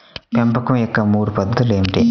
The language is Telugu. పెంపకం యొక్క మూడు పద్ధతులు ఏమిటీ?